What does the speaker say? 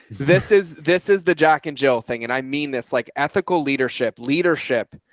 this is, this is the jack and jill thing and i mean this like ethical leadership leadership.